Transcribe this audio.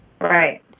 Right